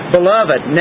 Beloved